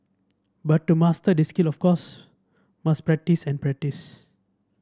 but to master these skills of course must practise and practise